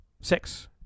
Six